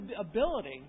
ability